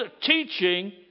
teaching